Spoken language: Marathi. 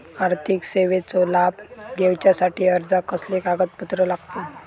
आर्थिक सेवेचो लाभ घेवच्यासाठी अर्जाक कसले कागदपत्र लागतत?